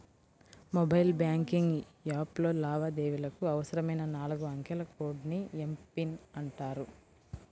mobile banking యాప్లో లావాదేవీలకు అవసరమైన నాలుగు అంకెల కోడ్ ని ఎమ్.పిన్ అంటారు